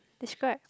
describe